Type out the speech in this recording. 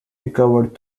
recovered